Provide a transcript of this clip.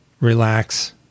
relax